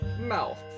mouth